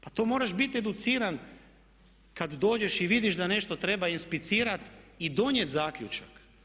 Pa to moraš biti educiran kad dođeš i vidiš da nešto treba inspicirati i donijeti zaključak.